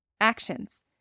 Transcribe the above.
Actions